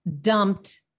dumped